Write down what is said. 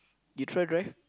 you try drive